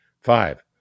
Five